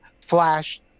flash